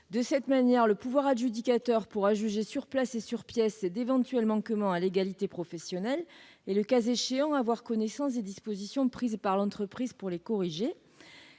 De cette manière, le pouvoir adjudicateur pourra juger sur place et sur pièces d'éventuels manquements à l'égalité professionnelle et, le cas échéant, avoir connaissance des dispositions prises par l'entreprise pour les corriger.